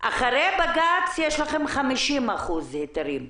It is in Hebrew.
אחרי בג"ץ יש לכם 50% היתרים.